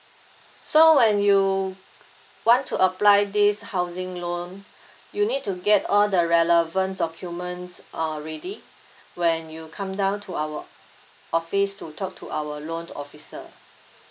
so when you want to apply this housing loan you need to get all the relevant documents uh ready when you come down to our office to talk to our loan officer